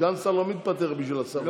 סגן השר לא מתפטר בשביל השר,